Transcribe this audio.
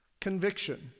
conviction